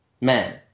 man